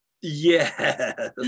Yes